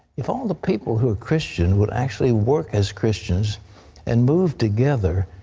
if all of the people who were christian would actually work as christians and move together,